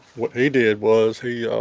what he did was he